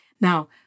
Now